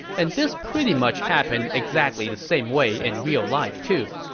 and this pretty much happened exactly the same way in real life, too.